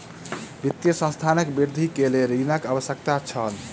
वित्तीय संस्थानक वृद्धि के लेल ऋणक आवश्यकता छल